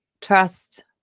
trust